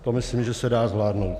To myslím, že se dá zvládnout.